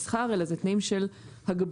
מסחר אלא תנאים של הגבלות,